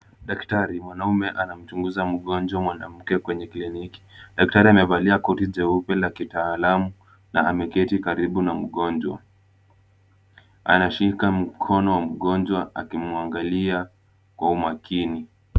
Daktari mwanaume anamchunguza mgonjwa mwanamke kwenye kliniki. Daktari amevalia koti jeupe la kitaalamu na ameketi karibu na mgonjwa. Anashika mkono wa mgonjwa akimuangalia kwa umakini.